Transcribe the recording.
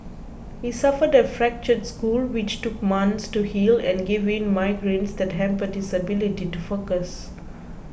he suffered a fractured skull which took months to heal and gave him migraines that hampered his ability to focus